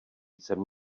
jsem